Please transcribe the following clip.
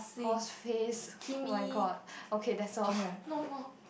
horse face oh-my-god okay that's all no more